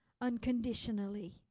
unconditionally